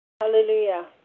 Hallelujah